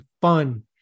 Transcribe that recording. fun